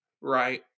right